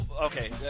okay